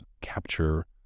capture